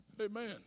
Amen